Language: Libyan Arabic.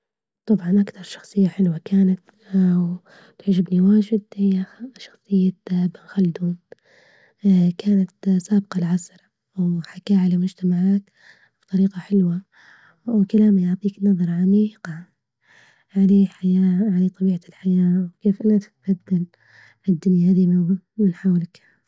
طبعا أكتر شخصية حلوة كانت وتعجبني واجد هي شخصية ابن خلدون كانت سابقة لعصرها، وحكاه على المجتمعات بطريقة حلوة وكلامه يعطيك نظرة عميقة عن الحياة عن طبيعة الحياة وكيف نتبدل هالديا هادي من حولك.